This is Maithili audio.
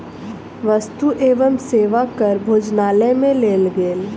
वस्तु एवं सेवा कर भोजनालय में लेल गेल